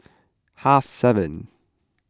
half seven